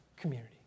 community